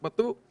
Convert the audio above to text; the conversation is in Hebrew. עוסק פטור,